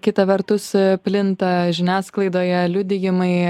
kita vertus plinta žiniasklaidoje liudijimai